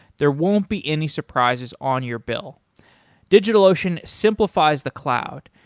there won't be any surprises on your bill digitalocean simplifies the cloud.